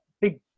big